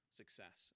success